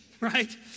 Right